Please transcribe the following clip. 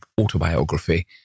autobiography